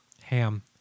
Ham